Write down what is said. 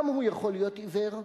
גם הוא יכול להיות עיוור,